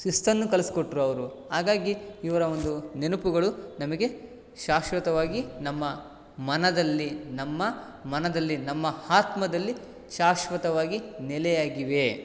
ಶಿಸ್ತನ್ನು ಕಲಿಸ್ಕೊಟ್ರು ಅವರು ಹಾಗಾಗಿ ಇವರ ಒಂದು ನೆನುಪುಗಳು ನಮಗೆ ಶಾಶ್ವತವಾಗಿ ನಮ್ಮ ಮನದಲ್ಲಿ ನಮ್ಮ ಮನದಲ್ಲಿ ನಮ್ಮ ಆತ್ಮದಲ್ಲಿ ಶಾಶ್ವತವಾಗಿ ನೆಲೆಯಾಗಿವೆ